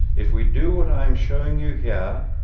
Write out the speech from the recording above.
if we do what i am showing you here,